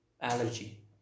allergy